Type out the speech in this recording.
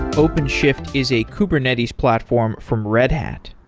openshift is a kubernetes platform from red hat.